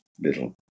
little